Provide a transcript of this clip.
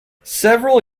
several